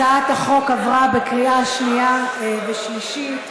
הצעת החוק עברה בקריאה שנייה ושלישית,